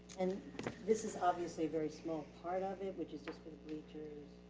and this is obviously a very small part of it, which has just been bleachers